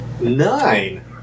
Nine